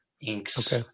inks